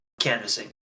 canvassing